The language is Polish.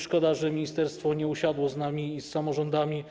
Szkoda, że ministerstwo nie usiadło z nami i z samorządami.